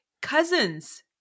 cousins